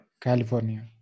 California